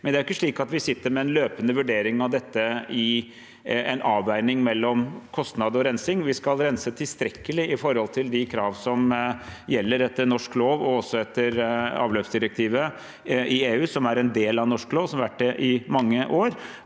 imidlertid ikke slik at vi sitter med en løpende vurdering av dette i en avveining mellom kostnad og rensing. Vi skal rense tilstrekkelig i forhold til de krav som gjelder etter norsk lov, også etter avløpsdirektivet i EU, som er en del av norsk lov, og har vært det i mange år.